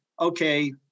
okay